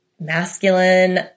masculine